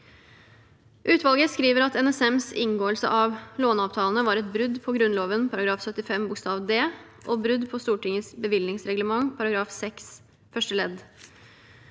Utvalget skriver at NSMs inngåelse av låneavtalene var et brudd på Grunnloven § 75 d og et brudd på Stortingets bevilgningsreglement § 6 første ledd.